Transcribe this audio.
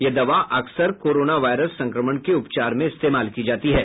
यह दवा अक्सर कोरोनो वायरस संक्रमण के उपचार में इस्तेमाल की जाती है